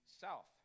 south